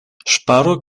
ŝparu